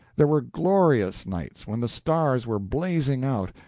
there were glorious nights when the stars were blazing out,